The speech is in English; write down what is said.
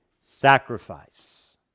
sacrifice